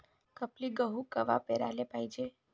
खपली गहू कवा पेराले पायजे?